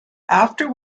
after